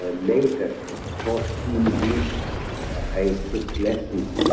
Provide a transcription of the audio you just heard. ah later, at fourteen years i took lessons.